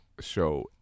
show